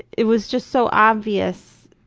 it was just so obvious,